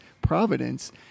providence